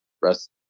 rest